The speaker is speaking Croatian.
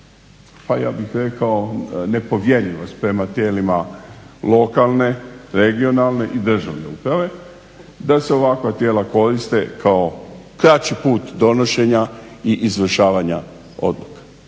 pa ja bih rekao nepovjerljivost prema tijelima lokalne, regionalne i državne uprave da se ovakva tijela koriste kao kraći put donošenja i izvršavanja odluka.